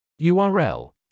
url